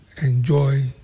enjoy